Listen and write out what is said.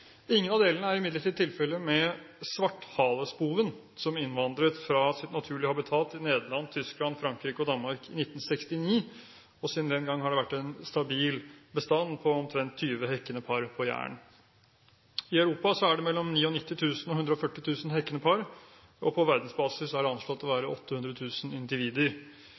Ingen av delene er imidlertid tilfellet med svarthalespoven, som innvandret fra sitt naturlige habitat i Nederland, Tyskland, Frankrike og Danmark i 1969. Siden den gang har det vært en stabil bestand på omtrent 20 hekkende par på Jæren. I Europa er det mellom 99 000 og 140 000 hekkende par, og på verdensbasis er det anslått å være 800 000 individer.